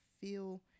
feel